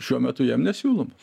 šiuo metu jam nesiūlomos